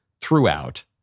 throughout